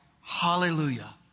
hallelujah